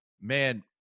man